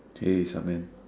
hey what's up man